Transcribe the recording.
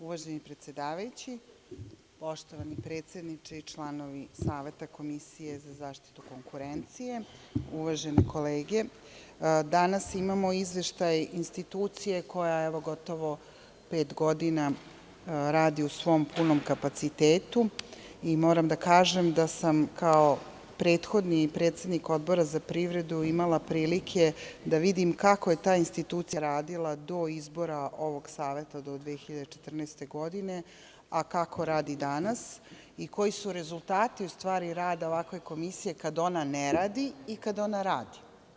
Uvaženi predsedavajući, poštovani predsedniče i članovi Saveta Komisije za zaštitu konkurencije, uvažene kolege, danas imamo izveštaj institucije koja gotovo pet godina radi u svom punom kapacitetu i moram da kažem da sam kao prethodni predsednik Odbora za privredu imala prilike da vidim kako je ta institucija radila do izbora ovog Saveta do 2014. godine, a kako radi danas i koji su rezultati, u stvari rada ovakve Komisije kada ona ne radi i kad ona radi.